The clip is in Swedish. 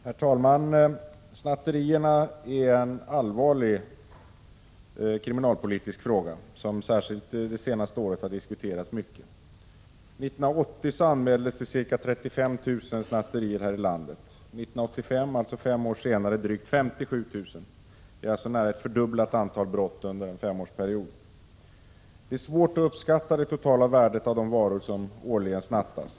Herr talman! Snatterierna är en allvarlig kriminalpolitisk fråga, som särskilt under det senaste året har diskuterats mycket. År 1980 anmäldes ca 35 000 snatterier här i landet, år 1985 — alltså fem år senare — drygt 57 000. Det innebär alltså nästan ett fördubblat antal brott under en femårsperiod. Det är svårt att uppskatta det totala värdet av de varor som årligen snattas.